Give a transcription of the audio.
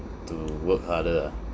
to work harder ah